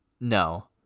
No